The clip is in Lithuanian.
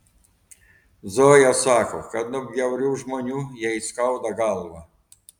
zoja sako kad nuo bjaurių žmonių jai skauda galvą